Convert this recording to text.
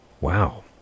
Wow